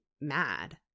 mad